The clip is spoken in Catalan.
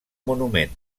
monument